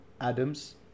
Adams